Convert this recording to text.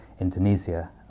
Indonesia